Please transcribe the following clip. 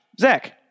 Zach